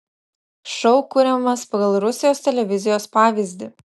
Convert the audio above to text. šou kuriamas pagal rusijos televizijos pavyzdį